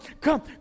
come